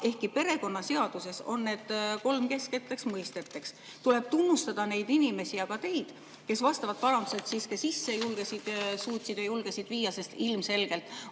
ehkki perekonnaseaduses on need kolm keskseks mõisteks. Tuleb tunnustada neid inimesi ja ka teid, kes vastavad parandused siiski sisse suutsid ja julgesid viia, sest ilmselgelt